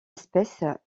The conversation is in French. espèce